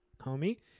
homie